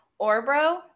Orbro